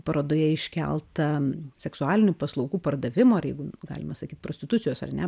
parodoje iškelta seksualinių paslaugų pardavimo ar jeigu galima sakyt prostitucijos ar ne